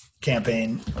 campaign